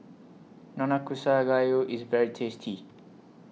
Nanakusa Gayu IS very tasty